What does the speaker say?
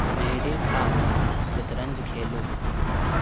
मेरे साथ शतरंज खेलो